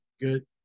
good